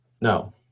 No